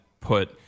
put